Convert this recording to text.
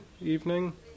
evening